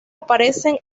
aparecen